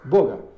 Boga